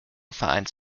finds